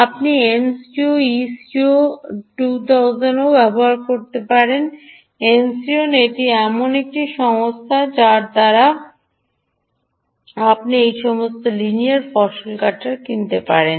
আমরা এনসিওন থেকে ইসিও 200ও ব্যবহার করতে পারি এনসোওন এটি এমন আরও একটি সংস্থা যাঁর দ্বারা আপনি এই ধরণের লিনিয়ার ফসল কাটা কিনতে পারেন